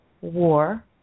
war